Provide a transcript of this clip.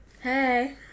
Hey